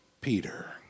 Peter